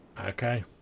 Okay